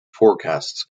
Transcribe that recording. forecasts